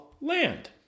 land